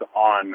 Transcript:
on